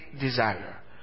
desire